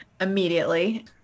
immediately